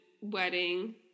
wedding